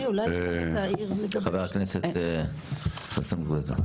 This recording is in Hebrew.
חה"כ ששון גואטה, בבקשה.